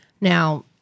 Now